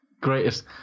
Greatest